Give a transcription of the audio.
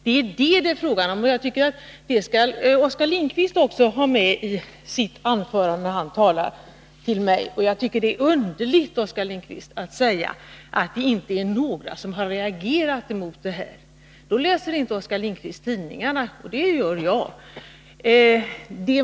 Det är detta frågan gäller, och det borde Oskar Lindkvist också ha med i sin replik till mig. Jag tycker det är underligt, Oskar Lindkvist, att säga att inga har reagerat mot detta. Då läser Oskar Lindkvist inte tidningarna, men det gör jag.